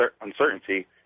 uncertainty